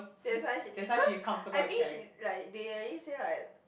that's why she cause I think she like they already say like